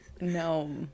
No